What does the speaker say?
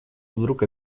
вдруг